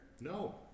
No